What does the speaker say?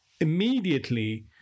immediately